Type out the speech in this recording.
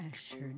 sure